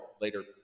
later